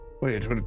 Wait